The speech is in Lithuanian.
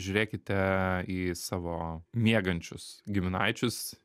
žiūrėkite į savo miegančius giminaičius